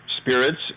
spirits